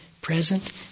present